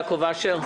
יעקב אשר.